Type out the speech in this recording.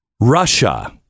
Russia